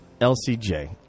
LCJ